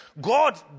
God